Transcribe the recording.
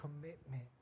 commitment